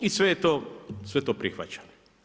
I sve to prihvaćam.